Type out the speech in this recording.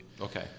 Okay